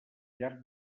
llarg